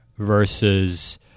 versus